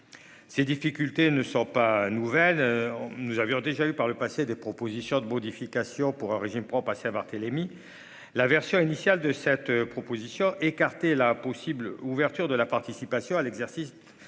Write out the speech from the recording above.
Ces difficultés ne sont pas nouvelles on nous avions déjà eu par le passé des propositions de modifications pour un régime prend ah Barthélémy. La version initiale de cette proposition écartée la possible ouverture de la participation à l'exercice